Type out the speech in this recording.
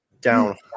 down